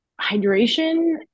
hydration